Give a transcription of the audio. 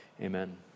Amen